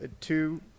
two